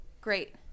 Great